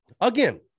again